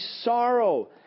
sorrow